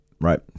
right